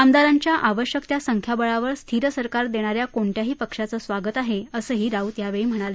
आमदारांच्या आवश्यक त्या संख्याबळावर स्थिर सरकार देणाऱ्या कोणत्याही पक्षाचं स्वागत आहे असंही राऊत यावेळी म्हणाले